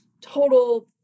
total